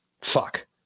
fuck